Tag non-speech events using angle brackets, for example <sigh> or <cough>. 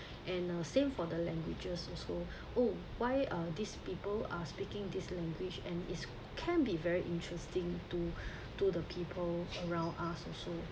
and uh same for the languages also <breath> oh why uh these people are speaking this language and is can be very interesting to <breath> to the people around us also